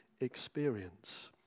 experience